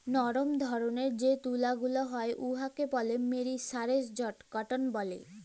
লরম ধরলের যে তুলা গুলা হ্যয় উয়াকে ব্যলে মেরিসারেস্জড কটল ব্যলে